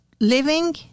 living